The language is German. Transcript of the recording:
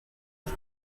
ich